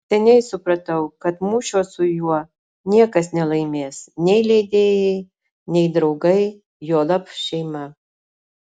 seniai supratau kad mūšio su juo niekas nelaimės nei leidėjai nei draugai juolab šeima